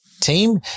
team